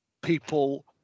people